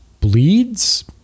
bleeds